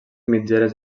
mitgeres